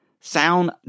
sound